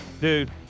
Dude